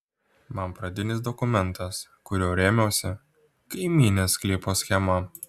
man pradinis dokumentas kuriuo rėmiausi kaimynės sklypo schema